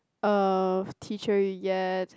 of teacher you get